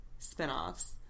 spinoffs